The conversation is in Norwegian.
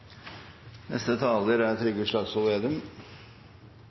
neste torsdag er det